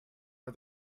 for